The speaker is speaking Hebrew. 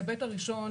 ההיבט הראשון,